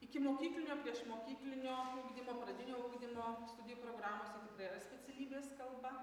ikimokyklinio priešmokyklinio ugdymo pradinio ugdymo studijų programose tebėra specialybės kalba